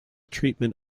treatment